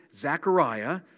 Zechariah